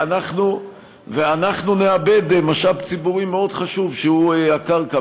ואנחנו נאבד משאב ציבורי מאוד חשוב, שהוא הקרקע.